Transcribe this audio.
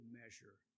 measure